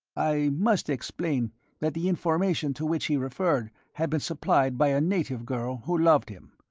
i must explain that the information to which he referred had been supplied by a native girl who loved him.